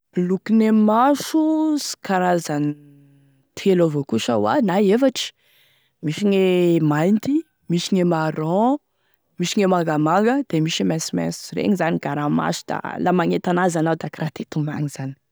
E lokone maso sy karazany telo avao koa sha hoa na efatry, misy gne mainty, misy gne marron, misy gne mangamanga, misy e mainsomainso, regny zany e gara maso da la magnenty an'azy anao da akoraha te hitomagny zany.